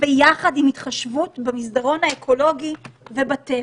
ביחד עם התחשבות במסדרון האקולוגי ובטבע.